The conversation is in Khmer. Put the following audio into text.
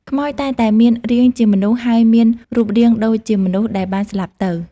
ខ្មោចតែងតែមានរាងជាមនុស្សហើយមានរូបរាងដូចជាមនុស្សដែលបានស្លាប់ទៅ។